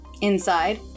Inside